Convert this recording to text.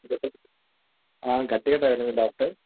గట్టిగా తగిలింది డాక్టర్